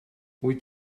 wyt